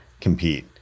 compete